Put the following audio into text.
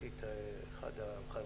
קודם כול, אני ממש מתנצלת שהגעתי באיחור.